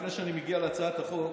לפני שאני מגיע להצעת החוק,